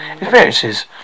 experiences